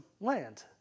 land